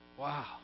Wow